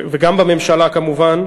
וגם בממשלה כמובן.